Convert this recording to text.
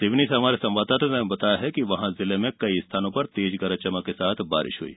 सिवनी से हमारे संवाददाता ने बताया है कि जिले में कई स्थानों पर तेज गरज चमक के साथ बारिश हई